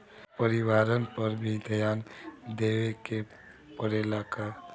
परिवारन पर भी ध्यान देवे के परेला का?